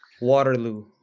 Waterloo